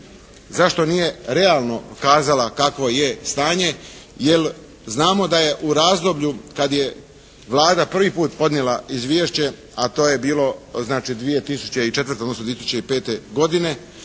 Zašto nije realno kazala kakvo je stanje jer znamo da je u razdoblju kad je Vlada prvi put podnijela izvješće a to je bilo znači 2004. odnosno znači 2005. godine,